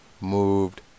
moved